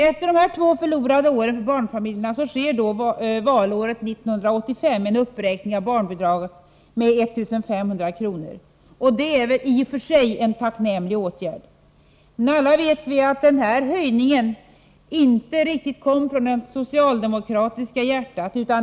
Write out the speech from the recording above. Efter dessa två förlorade år för barnfamiljerna sker under valåret 1985 en uppräkning av barnbidragen med 1 500 kr. Det är i och för sig en tacknämlig åtgärd. Men alla vet vi att den höjningen inte riktigt kom från det socialdemokratiska hjärtat.